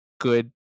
good